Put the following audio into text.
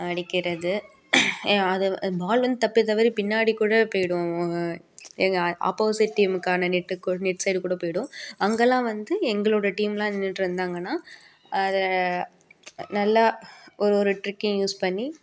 அடிக்கிறது ஏன் அதை அது பால் வந்து தப்பி தவறி பின்னாடி கூட போயிடும் அங்கே எங்கள் ஆப்போசிட் டீம்முக்கான நெட்டுக்கு நெட் சைடு கூட போய்டும் அங்கெல்லாம் வந்து எங்களோடய டீம்லாம் நின்றுட்டிருந்தாங்கன்னா அது நல்லா ஒரு ஒரு ட்ரிக்கையும் யூஸ் பண்ணி